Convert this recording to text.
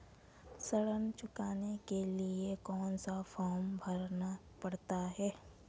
ऋण चुकाने के लिए कौन सा फॉर्म भरना पड़ता है?